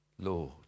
lord